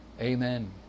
Amen